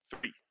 three